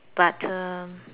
but uh